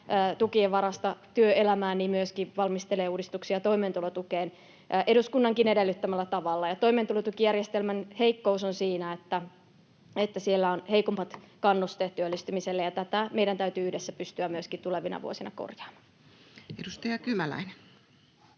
tukien varasta työelämään, myöskin valmistelee uudistuksia toimeentulotukeen eduskunnankin edellyttämällä tavalla. Toimeentulotukijärjestelmän heikkous on siinä, että siellä on heikommat kannusteet työllistymiselle, ja tätä meidän täytyy yhdessä pystyä myöskin tulevina vuosina korjaamaan. Edustaja Kymäläinen.